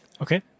Okay